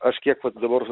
aš kiek vat dabar